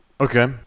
Okay